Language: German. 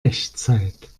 echtzeit